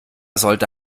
sollte